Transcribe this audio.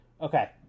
okay